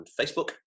Facebook